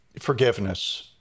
forgiveness